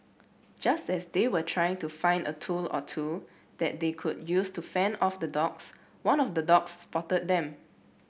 just as they were trying to find a tool or two that they could use to fend off the dogs one of the dogs spotted them